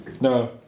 No